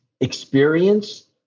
experience